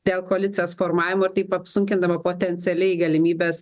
dėl koalicijos formavimo ir taip apsunkindama potencialiai galimybes